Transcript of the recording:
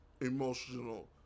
emotional